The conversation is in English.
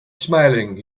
smiling